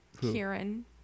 Kieran